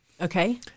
Okay